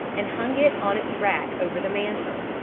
and hung it on its rack over the mantel.